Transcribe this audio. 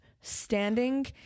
standing